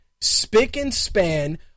spick-and-span